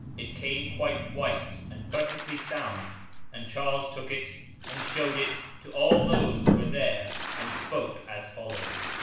it came quite white and perfectly sound and charles took it and showed it to all those who were there and spoke as follows